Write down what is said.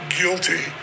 guilty